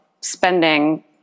spending